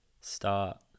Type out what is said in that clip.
start